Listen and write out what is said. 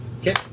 Okay